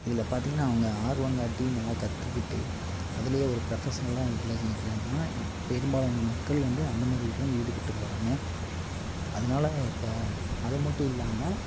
இதில் பார்த்திங்கன்னா அவங்க ஆர்வம் காட்டி நல்லா கற்றுக்கிட்டு அதிலையே ஒரு ப்ரொஃபஷ்னலாக பெரும்பாலான மக்கள் வந்து அந்த மாதிரி இதுக்கு தான் ஈடுபட்டு போகிறாங்க அதனால் இப்போ அது மட்டும் இல்லாமல்